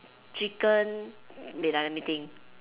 chicken wait ah let me think